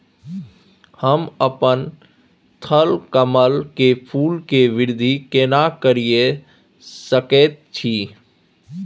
हम अपन थलकमल के फूल के वृद्धि केना करिये सकेत छी?